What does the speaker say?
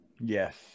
Yes